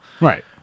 Right